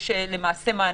יש איזשהו מענה.